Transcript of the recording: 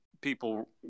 People